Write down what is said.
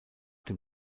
dem